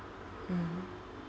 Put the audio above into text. hmm